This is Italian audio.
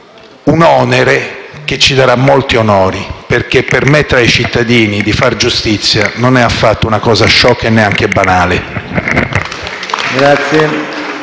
un onere che ci darà molti onori, perché permettere ai cittadini di far giustizia non è affatto una cosa sciocca e neanche banale.